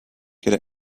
could